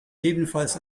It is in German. ebenfalls